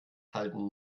halten